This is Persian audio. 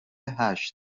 هشت